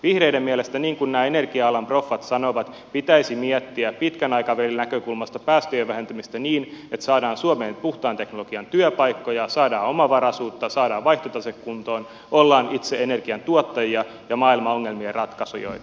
vihreiden mielestä niin kuin nämä energia alan proffat sanovat pitäisi miettiä pitkän aikavälin näkökulmasta päästöjen vähentämistä niin että saadaan suomeen puhtaan teknologian työpaikkoja saadaan omavaraisuutta saadaan vaihtotase kuntoon ollaan itse energiantuottajia ja maailman ongelmien ratkaisijoita